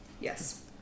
Yes